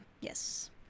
yes